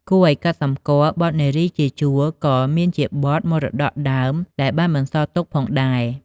គួរឱ្យកត់សម្គាល់ បទ "នារីជាជួរ" ក៏មានជាបទមរតកដើមដែលបានបន្សល់ទុកផងដែរ។